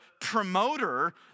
promoter